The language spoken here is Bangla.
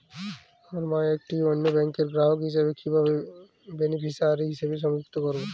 আমার মা একটি অন্য ব্যাংকের গ্রাহক হিসেবে কীভাবে বেনিফিসিয়ারি হিসেবে সংযুক্ত করব?